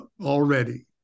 already